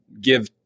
give